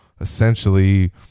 essentially